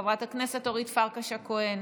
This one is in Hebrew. חברת הכנסת אורית פרקש הכהן,